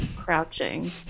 crouching